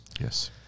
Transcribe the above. Yes